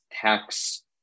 tax